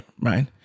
right